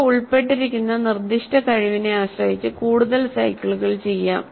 ഇത് ഉൾപ്പെട്ടിരിക്കുന്ന നിർദ്ദിഷ്ട കഴിവിനെ ആശ്രയിച്ച് കൂടുതൽ സൈക്കിളുകൾ ചെയ്യാം